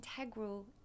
integral